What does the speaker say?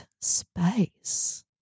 space